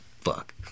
Fuck